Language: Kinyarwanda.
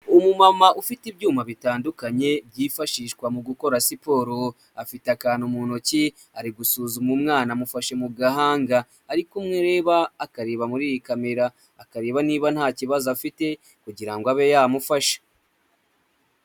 Umu mama ufite ibyuma bitandukanye byifashishwa mu gukora siporo afite akantu mu ntoki ari gusuzuma umwana amufashe mu gahanga ariko areba akareba muri iyi kamera akareba niba nta kibazo afite kugira ngo abe yamufash.